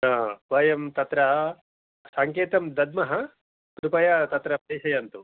वयं तत्र सङ्केतं दद्मः कृपया तत्र प्रेषयन्तु